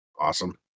Awesome